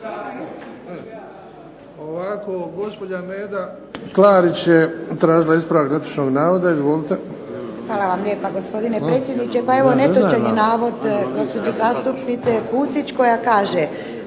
Hvala vam lijepa gospodine predsjedniče. Pa evo netočan je navod gospođe zastupnice Pusić koja kaže